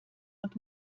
und